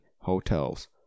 hotels